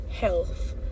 health